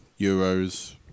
euros